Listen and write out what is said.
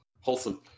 wholesome